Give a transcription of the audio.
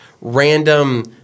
random